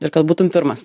ir kad būtum pirmas